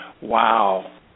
Wow